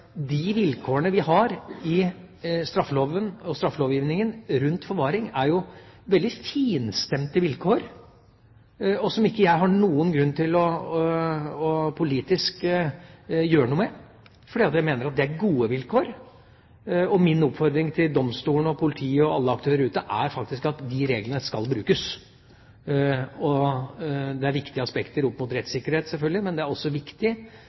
vilkårene vi har i straffeloven og straffelovgivningen rundt forvaring, er veldig finstemte vilkår som jeg ikke har noen grunn til politisk å gjøre noe med, fordi jeg mener det er gode vilkår. Min oppfordring til domstolene, politiet og alle aktører ute er faktisk at de reglene skal brukes. Det er selvfølgelig viktige aspekter opp mot rettssikkerhet, men det er også et viktig